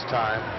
time